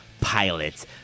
Pilots